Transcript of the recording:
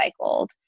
recycled